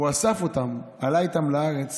הוא אסף אותן, עלה איתן לארץ